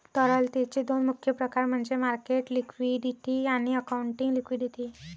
तरलतेचे दोन मुख्य प्रकार म्हणजे मार्केट लिक्विडिटी आणि अकाउंटिंग लिक्विडिटी